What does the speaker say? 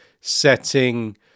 setting